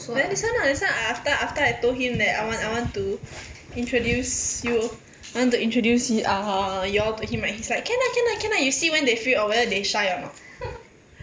there this one ah that's why I after after I told him that I want I want to introduce you I want to introduce uh your to him right he's like can ah can ah can ah you see when they free or whether they shy or not